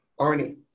Arnie